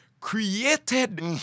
Created